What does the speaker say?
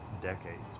decades